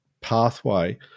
pathway